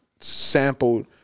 sampled